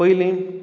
पयलीं